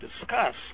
discuss